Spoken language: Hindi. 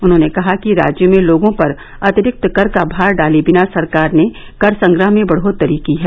उन्होंने कहा कि राज्य में लोगों पर अतिरिक्त कर का भार डाले बिना सरकार ने कर संग्रह में बढ़ोत्तरी की है